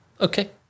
Okay